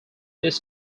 this